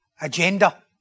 agenda